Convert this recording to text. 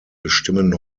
bestimmen